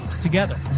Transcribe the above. together